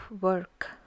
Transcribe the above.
work